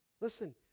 Listen